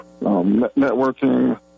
networking